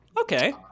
okay